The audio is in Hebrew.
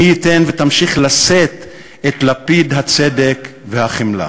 מי ייתן ותמשיך לשאת את לפיד הצדק והחמלה.